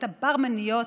את הברמניות,